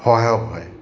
সহায়ক হয়